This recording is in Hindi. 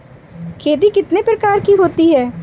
खेती कितने प्रकार की होती है?